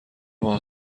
باهات